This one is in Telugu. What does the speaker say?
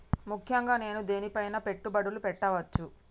ముఖ్యంగా నేను దేని పైనా పెట్టుబడులు పెట్టవచ్చు?